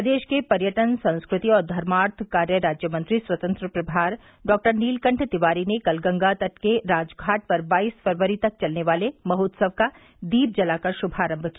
प्रदेश के पर्यटन संस्कृति और धर्मार्थ कार्य राज्यमंत्री स्वतंत्र प्रभार डॉक्टर नीलकण्ठ तिवारी ने कल गंगा तट के राजघाट पर बाईस फरवरी तक चलने वाले महोत्सव का दीप जलाकर श्भारम्भ किया